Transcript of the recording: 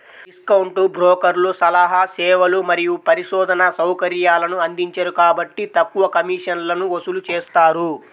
discount బ్రోకర్లు సలహా సేవలు మరియు పరిశోధనా సౌకర్యాలను అందించరు కాబట్టి తక్కువ కమిషన్లను వసూలు చేస్తారు